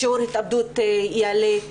שיעורי ההתאבדות יעלו,